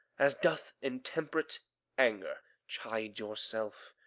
as doth intemperate anger. chide yourself.